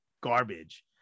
garbage